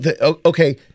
okay